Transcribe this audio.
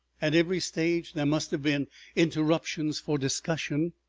at every stage there must have been interruptions for discussion.